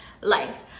life